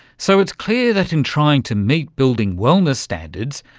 so it's clear that in trying to meet building wellness standards,